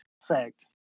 Fact